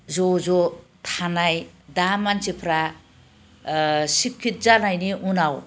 ज' ज' थानाय दा मानसिफोरा सिक्खित' जानायनि उनाव